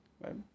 right